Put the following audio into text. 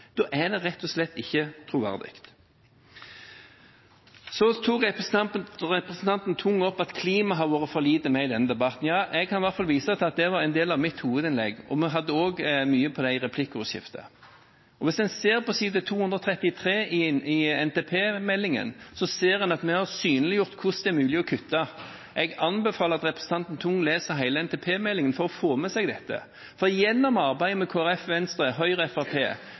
da er allikevel bevisbyrden tilbake på Arbeiderpartiet. Når en nå har hatt en sju timers debatt der en gir inntrykk av at det er masse som kan bygges, men Arbeiderpartiet ikke klarer å si hvordan det skal finansieres, er det rett og slett ikke troverdig. Så tok representanten Tung opp at klimaet har vært for lite med i denne debatten. Ja, jeg kan i hvert fall vise til at det var en del av mitt hovedinnlegg, og vi hadde også mye om det i replikkordskiftet. Hvis en ser på side 233 i NTP-meldingen, ser en at vi har synliggjort hvordan det er mulig å kutte.